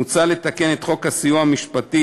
מוצע לתקן את חוק הסיוע המשפטי,